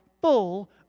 full